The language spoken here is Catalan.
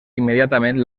immediatament